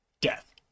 Death